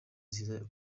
nziza